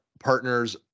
partners